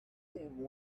them